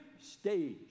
stage